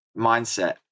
mindset